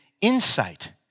insight